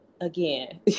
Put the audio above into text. again